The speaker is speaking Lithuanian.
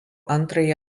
antrąjį